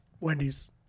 Wendy's